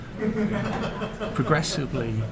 progressively